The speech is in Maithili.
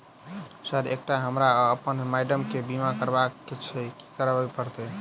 सर एकटा हमरा आ अप्पन माइडम केँ बीमा करबाक केँ छैय की करऽ परतै?